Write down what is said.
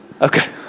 Okay